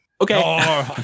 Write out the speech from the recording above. Okay